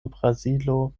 brazilo